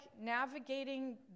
navigating